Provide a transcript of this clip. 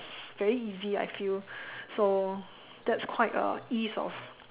very easy I feel so that's quite a ease of